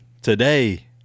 today